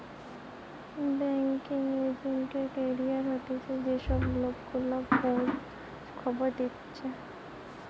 banking agent এর career হতিছে যে সব লোক গুলা খোঁজ খবর দিতেছে